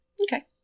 Okay